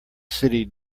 city